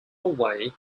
away